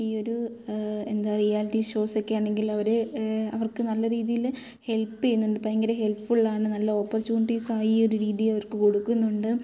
ഈ ഒരു എന്താണ് റിയാലിറ്റി ഷോസ് ഒക്കെ ആണെങ്കിൽ അവർ അവർക്ക് നല്ല രീതിയിൽ ഹെൽപ്പ് ചെയ്യുന്നുണ്ട് ഭയങ്കര ഹെൽപ്പ്ഫുൾ ആണ് നല്ല ഓപ്പർച്യൂണിറ്റീസ് ഈ ഒരു രീതി അവർക്ക് കൊടുക്കുന്നുണ്ട്